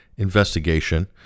investigation